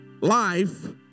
life